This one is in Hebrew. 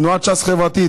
תנועת ש"ס חברתית,